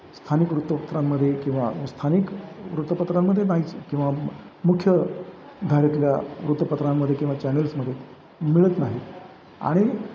स्थानिक वृत्तपत्रांमध्ये किंवा स्थानिक वृत्तपत्रांमध्ये नाहीच किंवा मुख्य धारेतल्या वृत्तपत्रांमध्ये किंवा चॅनेल्समध्ये मिळत नाही आणि